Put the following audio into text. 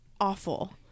awful